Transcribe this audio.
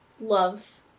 love